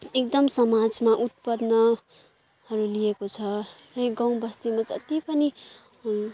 एकदम समाजमा उत्पन्नहरू लिएको छ यो गाउँबस्तीमा जतिपनि